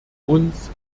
uns